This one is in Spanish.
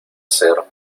ser